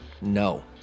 No